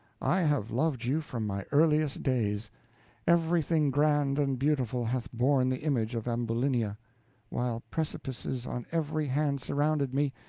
i have loved you from my earliest days everything grand and beautiful hath borne the image of ambulinia while precipices on every hand surrounded me,